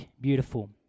beautiful